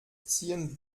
ziehen